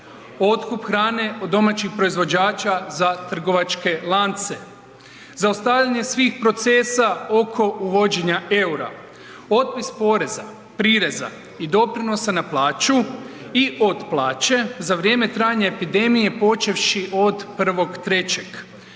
otkup hrane od domaćih proizvođača za trgovačke lance, zaustavljanje svih procesa oko uvođenja eura, otpis poreza, prireza i doprinosa na plaću i od plaće za vrijeme trajanja epidemije, počevši od 1.3.,